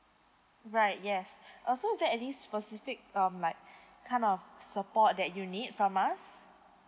right yes uh so is there any specific um like kind of support that you need from us